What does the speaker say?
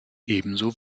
ebenso